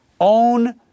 own